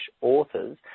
authors